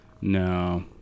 No